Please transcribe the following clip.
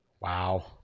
Wow